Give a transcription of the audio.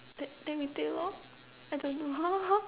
then we take lor I don't know